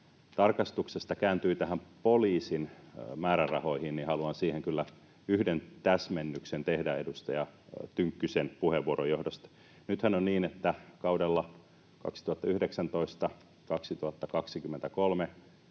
tarkastuksesta kääntyi näihin poliisin määrärahoihin, niin haluan tehdä siihen kyllä yhden täsmennyksen edustaja Tynkkysen puheenvuoron johdosta. Nythän on niin, että kaudella 2019—2023